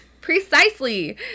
Precisely